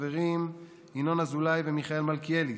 ינון אזולאי ומיכאל מלכיאלי,